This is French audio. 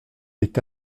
est